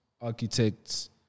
architects